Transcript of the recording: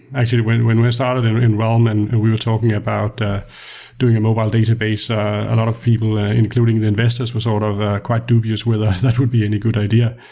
actually, when when we started in realm and and we were talking about ah doing a mobile database, a a lot of people and including the investors were sort of ah quite dubious whether that would be a good idea.